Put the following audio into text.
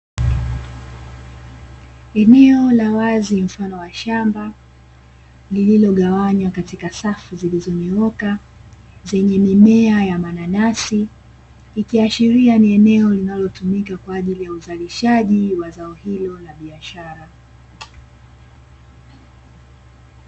Eneo la wazi mfano wa shamba lililogawanywa katika safu zilizonyooka, zenye mimea ya mananasi, ikiashiria ni eneo linalotumika kwa ajili ya uzalishaji wa zao hilo la biashara.